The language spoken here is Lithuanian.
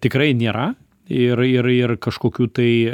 tikrai nėra ir ir ir kažkokių tai